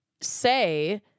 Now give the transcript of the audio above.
say